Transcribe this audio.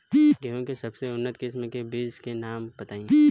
गेहूं के सबसे उन्नत किस्म के बिज के नाम बताई?